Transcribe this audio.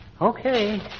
okay